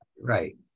Right